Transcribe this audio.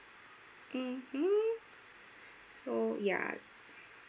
mmhmm so ya